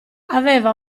aveva